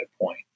point